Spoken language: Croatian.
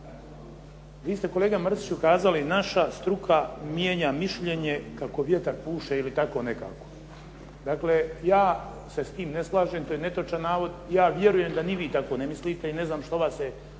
Vi ste kolega Mrsiću kazali naša struka mijenja mišljenje kako vjetar puše ili tako nekako. Dakle, ja se s tim ne slažem, to je netočan navod. Ja vjerujem da ni vi tako ne mislite i ne znam što vas je